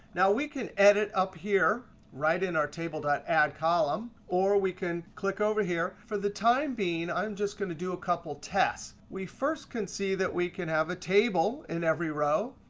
now, we can edit up here right in our table dot add column. or we can click over here. for the time being, i'm just going to do a couple tests. we first can see that we can have a table in every row.